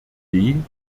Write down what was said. idee